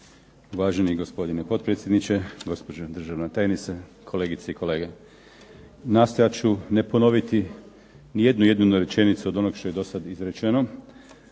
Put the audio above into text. Uvaženi gospodine potpredsjedniče, gospođo državna tajnice, kolegice i kolege. Nastojat ću ne ponoviti jednu jedinu rečenicu od onog što je do sad izrečeno